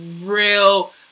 real